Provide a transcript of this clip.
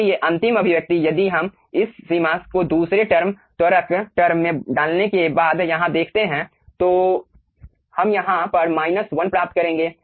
इसलिए अंतिम अभिव्यक्ति यदि हम इस सीमा को दूसरे टर्म त्वरक टर्म में डालने के बाद यहाँ देखते हैं तो हम यहाँ पर माइनस 1 प्राप्त करेंगे